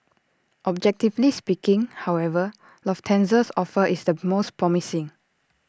objectively speaking however Lufthansa's offer is the most promising